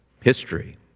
history